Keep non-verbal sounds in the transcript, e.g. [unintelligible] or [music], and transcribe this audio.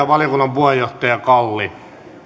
[unintelligible] valiokunnan puheenjohtaja edustaja kalli